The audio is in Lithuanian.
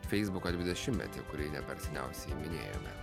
feisbuko dvidešimtmetį kurį ne per seniausiai minėjome